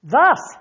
Thus